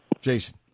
Jason